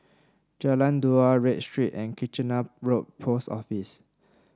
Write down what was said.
Jalan Dua Read Street and Kitchener Road Post Office